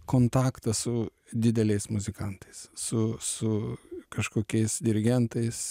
kontaktą su dideliais muzikantais su su kažkokiais dirigentais